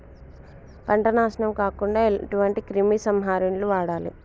పంట నాశనం కాకుండా ఎటువంటి క్రిమి సంహారిణిలు వాడాలి?